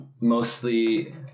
mostly